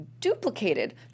duplicated